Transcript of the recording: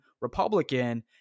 Republican